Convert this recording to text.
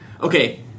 Okay